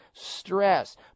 Stress